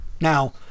Now